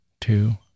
two